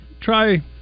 try